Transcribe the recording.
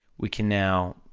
we can now